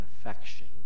affection